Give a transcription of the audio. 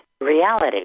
reality